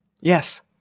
Yes